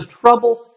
trouble